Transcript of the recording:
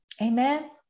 Amen